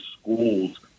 schools